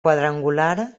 quadrangular